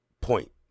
point